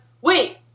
wait